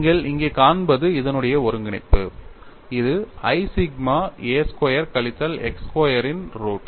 நீங்கள் இங்கே காண்பது இதனுடைய ஒருங்கிணைப்பு இது i சிக்மா a ஸ்கொயர் கழித்தல் x ஸ்கொயரின் ரூட்